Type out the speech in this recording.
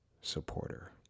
supporter